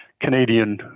Canadian